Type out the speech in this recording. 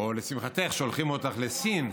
או לשמחתך, שולחים אותך לסין.